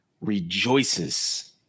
rejoices